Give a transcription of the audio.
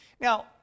Now